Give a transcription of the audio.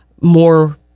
more